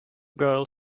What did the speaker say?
girl